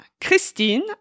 Christine